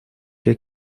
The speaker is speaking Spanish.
que